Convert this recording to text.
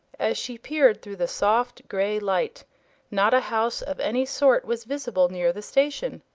as she peered through the soft gray light not a house of any sort was visible near the station,